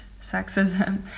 sexism